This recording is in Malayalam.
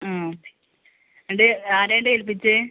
ആ എന്നിട്ട് ആരെ ആണ് ഇത് ഏൽപ്പിച്ചത്